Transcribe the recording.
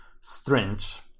strange